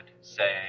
say